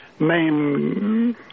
name